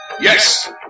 Yes